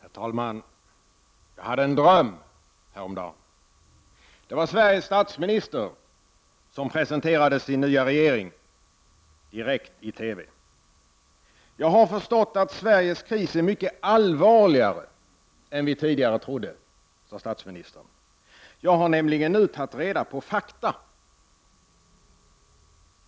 Herr talman! Jag hade en dröm häromdagen. Det var Sveriges statsminister som presenterade sin nya regering direkt i TV. Jag har förstått att Sveriges kris är mycket allvarligare än vi tidigare trodde, sade statsministern. Jag har nämligen nu tagit reda på fakta.